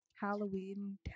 Halloween